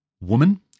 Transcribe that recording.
woman